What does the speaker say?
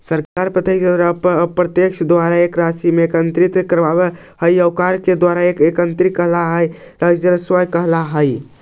सरकार प्रत्यक्ष औउर अप्रत्यक्ष के द्वारा जे राशि के एकत्रित करवऽ हई ओकरा के द्वारा एकत्रित कइल गेलई राजस्व कहल जा हई